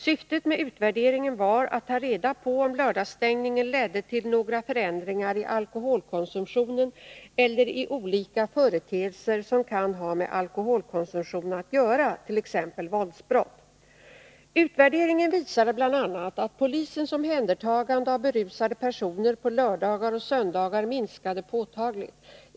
Syftet med utvärderingen var att ta reda på om lördagsstängningen ledde till några förändringar i alkoholkonsumtionen eller i olika företeelser som kan ha med alkoholkonsumtion att göra, t.ex. våldsbrott. Utvärderingen visade bl.a. att polisens omhändertaganden av berusade personer på lördagar och söndagar minskade påtagligt.